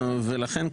לכן,